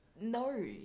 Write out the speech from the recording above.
No